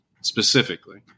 specifically